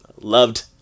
loved